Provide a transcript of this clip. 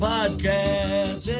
Podcast